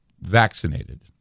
vaccinated